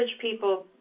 people